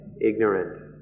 ignorant